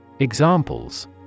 Examples